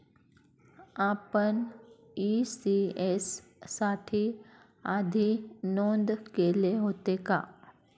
आपण इ.सी.एस साठी आधी नोंद केले होते का?